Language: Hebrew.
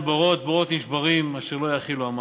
בארות בארות נשברים אשר לא יכִלו המים".